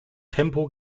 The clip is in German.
tempo